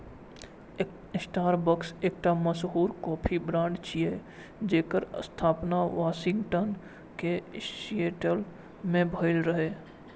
Starbucks एकटा मशहूर coffee brand छियै, जेकर स्थापना वाशिंगटन के सिएटल मे भेल रहै